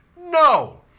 No